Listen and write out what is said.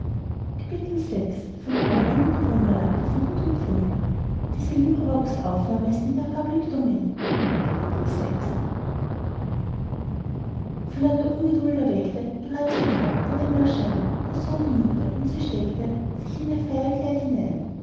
möglichkeit vor lauter ungeduld erweckte bereits vor tag bei dämmerschein der sohn die mutter und sie steckte sich in ihr feierkleid hinein